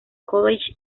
college